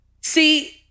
See